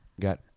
got